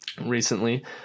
recently